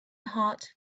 heart